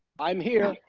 i'm here.